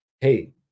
hey